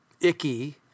icky